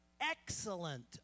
excellent